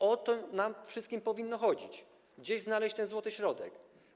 O to nam wszystkim powinno chodzić, żeby gdzieś znaleźć ten złoty środek.